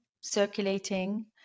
circulating